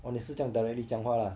哦你是这样 directly 讲话啦